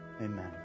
Amen